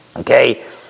Okay